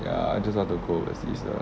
ya I just want to go overseas lah